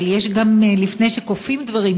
אבל לפני שכופים דברים,